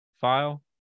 file